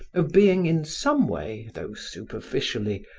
of being, in some way, though superficially,